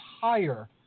higher